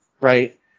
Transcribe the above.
right